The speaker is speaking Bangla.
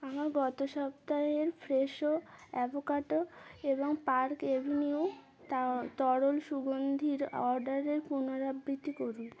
আমার গত সপ্তাহের ফ্রেশো অ্যাভোকাডো এবং পার্ক এভিনিউ তা তরল সুগন্ধির অর্ডারের পুনরাবৃ্ত্তি করুন